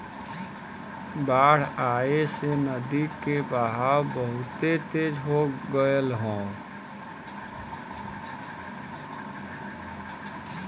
बाढ़ आये से नदी के बहाव बहुते तेज हो गयल हौ